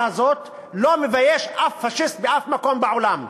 הזאת לא מביישים אף פאשיסט באף מקום בעולם.